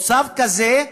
או צו כזה,